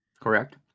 Correct